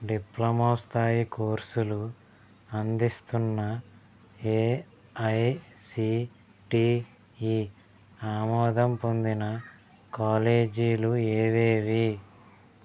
diploma స్థాయి కోర్స్లు అందిస్తున్న ఏఐసీటీఈ ఆమోదం పొందిన కాలేజీలు ఏవేవి